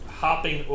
hopping